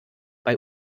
bei